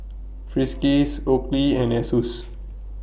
Friskies Oakley and Asus